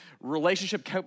relationship